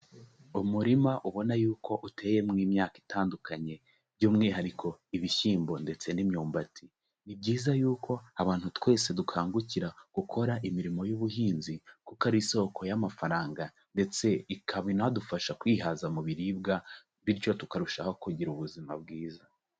Umurima ubona y'uko uteyemo imyaka itandukanye by'umwihariko ibishyimbo ndetse n'imyumbati, ni byiza y'uko abantu twese dukangukira gukora imirimo y'ubuhinzi kuko ari isoko y'amafaranga ndetse ikaba inadufasha kwihaza mu biribwa bityo tukarushaho kugira ubuzima bwiza.